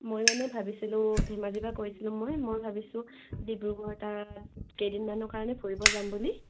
মই মানে ভাবিছিলোঁ ধেমাজিৰপা কৈছিলোঁ মই মই ভাবিছোঁ ডিব্ৰুগড় তাত কেইদিনমানৰ কাৰণে ফুৰিবলৈ যাম বুলি